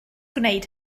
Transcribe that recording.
gwneud